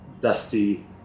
dusty